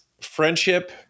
friendship